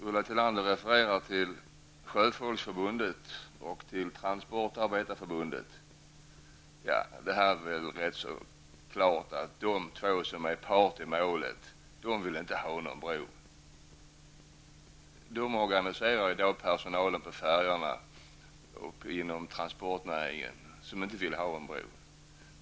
Ulla Tillander refererar till Sjöfolksförbundet och Transportarbetareförbundet. Det är ju rätt klart att dessa två förbund, som är part i målet' inte vill ha någon bro. De organiserar i dag personalen på färjorna och inom transportnäringen, som inte vill ha en bro.